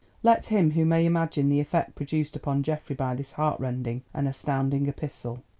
let him who may imagine the effect produced upon geoffrey by this heartrending and astounding epistle!